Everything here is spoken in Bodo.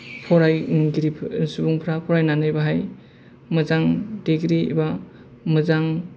फरायगिरिफोर सुबुंफ्रा फरायनानै बेहाय मोजां दिग्री एबा मोजां